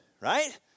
right